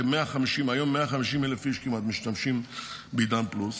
והיום כמעט 150,000 איש משתמשים בעידן פלוס,